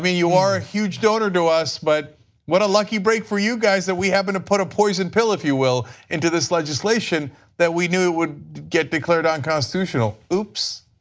you are ah huge donor to us but what a lucky break for you guys that we happened to put a poison pill if you will into this legislation that we knew would get declared unconstitutional. oops.